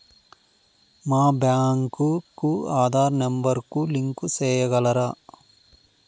మా బ్యాంకు కు ఆధార్ నెంబర్ కు లింకు సేయగలరా?